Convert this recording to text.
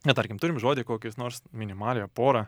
na tarkim turim žodį kokis nors minimaliąją porą